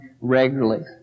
regularly